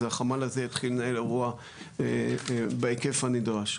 החמ"ל הזה יתחיל לנהל אירוע בהיקף הנדרש.